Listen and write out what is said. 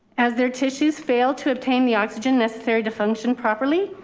as their tissues fail to obtain the oxygen necessary to function properly.